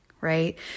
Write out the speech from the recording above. right